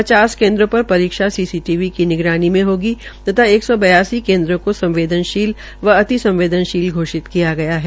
पचास केन्द्रों पर परीक्षा सीसीटीवी निगरानी में होगी तथा एक सौ बयासी केन्द्रों केा संवेदनशील व अति संवदेशन शील घोषित गया है